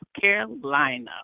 Carolina